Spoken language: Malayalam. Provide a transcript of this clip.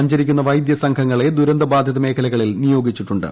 സഞ്ചരിക്കുന്ന വൈദ്യസംഘങ്ങളെ ദുരന്ത ബാധിത മേഖലകളിൽ നിയോഗിച്ചിട്ടുണ്ട്